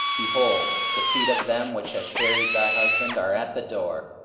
behold, the feet of them which have buried thy husband are at the door,